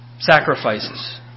Sacrifices